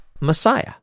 Messiah